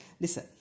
listen